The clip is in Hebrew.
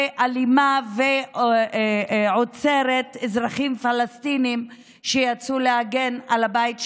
אלימה ועוצרת אזרחים פלסטינים שיצאו להגן על הבית שלהם,